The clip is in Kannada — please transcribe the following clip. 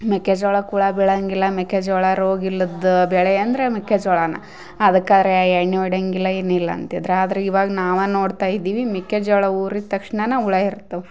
ಮೆಕ್ಕೆಜೋಳಾಕ್ಕ ಹುಳ ಬೀಳಾಂಗಿಲ್ಲ ಮೆಕ್ಕೆಜೋಳ ರೋಗಿಲ್ಲದ ಬೆಳೆ ಅಂದರೆ ಮೆಕ್ಕೆಜೋಳಾನ ಅದಕ್ಕಾರೆ ಎಣ್ಣೆ ಹೊಡಿಯಂಗಿಲ್ಲ ಏನಿಲ್ಲ ಅಂತಿದ್ರ ಆದ್ರ ಇವಾಗ ನಾವು ನೋಡ್ತಾ ಇದ್ದೀವಿ ಮೆಕ್ಕೆಜೋಳ ಉರಿದ ತಕ್ಷಣ ಹುಳ ಇರ್ತಾವು